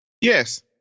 Yes